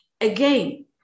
Again